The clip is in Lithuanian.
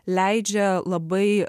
leidžia labai